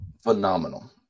phenomenal